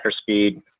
speed